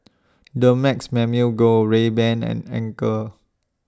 Dumex Mamil Gold Rayban and Anchor